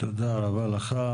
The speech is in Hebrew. רבה לך.